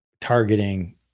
targeting